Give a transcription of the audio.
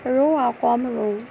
ৰুওঁ কম ৰুওঁ